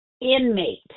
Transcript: inmate